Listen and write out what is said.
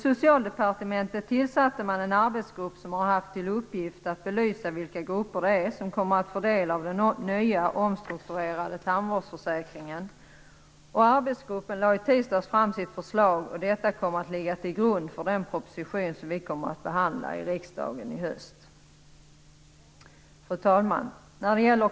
Socialdepartementet tillsatte tidigare en arbetsgrupp som har haft till uppgift att belysa vilka grupper det är som kommer att få del av den nya omstrukturerade tandvårdsförsäkringen. Arbetsgruppen lade i tisdags fram sitt förslag, och detta kommer att ligga till grund för den proposition som vi kommer att behandla i riksdagen i höst. Fru talman!